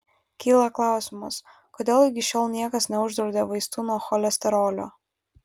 kyla klausimas kodėl iki šiol niekas neuždraudė vaistų nuo cholesterolio